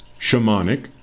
shamanic